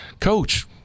Coach